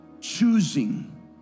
choosing